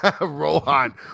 Rohan